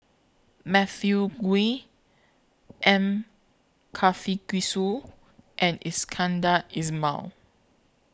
Matthew Ngui M Karthigesu and Iskandar Ismail